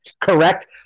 Correct